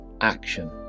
action